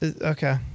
Okay